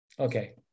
Okay